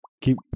Keep